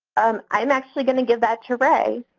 um i'm actually going to give that to ray.